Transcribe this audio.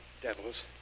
Devils